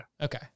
Okay